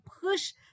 push